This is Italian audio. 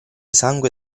sangue